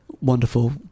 wonderful